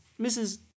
Mrs